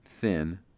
thin